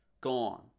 Gone